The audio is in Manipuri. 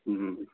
ꯎꯝ ꯍꯨꯝ